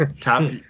Top